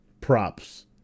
props